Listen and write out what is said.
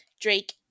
Drake